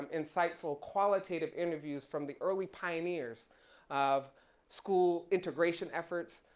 insightful qualitative interviews from the early pioneers of school integration efforts,